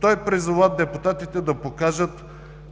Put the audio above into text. Той призова депутатите да покажат,